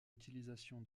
utilisation